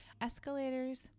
Escalators